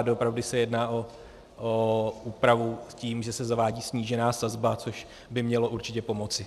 Doopravdy se jedná o úpravu s tím, že se zavádí snížená sazba, což by mělo určitě pomoci.